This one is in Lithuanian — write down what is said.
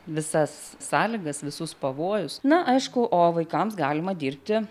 visas sąlygas visus pavojus na aišku o vaikams galima dirbti